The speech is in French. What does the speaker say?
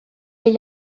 est